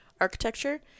architecture